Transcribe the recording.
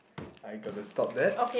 I got to stop that